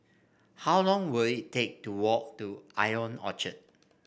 how long will it take to walk to Ion Orchard